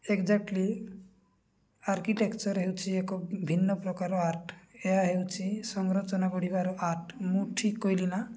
exactly architecture ହେଉଛି ଏକ ଭିନ୍ନ ପ୍ରକାରର ଆର୍ଟ ଏହା ହେଉଛି ସଂରଚନା ଗଢ଼ିବାର ଆର୍ଟ ମୁଁ ଠିକ୍ କହିଲି ନା